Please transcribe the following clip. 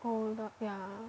oh my god ya